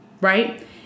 Right